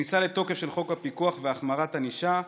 כניסה לתוקף של חוק הפיקוח והחמרת הענישה.